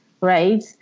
right